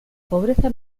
pobreza